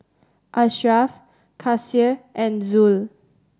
Ashraf Kasih and Zul